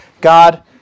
God